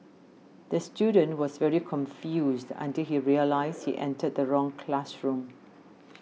the student was very confused until he realised he entered the wrong classroom